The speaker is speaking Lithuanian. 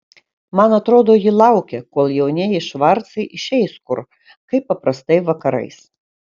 man atrodo ji laukia kol jaunieji švarcai išeis kur kaip paprastai vakarais